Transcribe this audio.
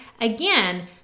again